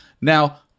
Now